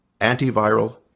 antiviral